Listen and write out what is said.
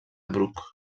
bruc